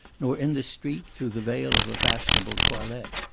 nor in the street through the veil of a fashionable toilette,